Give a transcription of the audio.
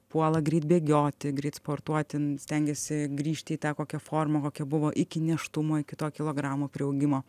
puola greit bėgioti greit sportuoti stengiasi grįžti į tą kokią formą kokia buvo iki nėštumo iki kito kilogramo priaugimo